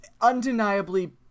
undeniably